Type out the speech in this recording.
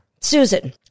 Susan